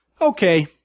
okay